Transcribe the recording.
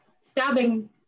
stabbing